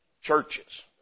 churches